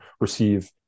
receive